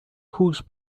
whose